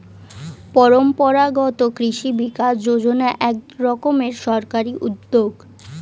পরম্পরাগত কৃষি বিকাশ যোজনা এক রকমের সরকারি উদ্যোগ